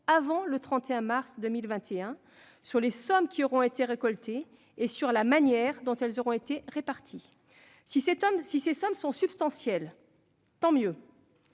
avant le 31 mars 2021, sur les sommes qui auront été récoltées et sur la manière dont elles auront été réparties. Si ces sommes sont substantielles, tant mieux.